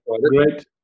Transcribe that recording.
great